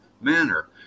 manner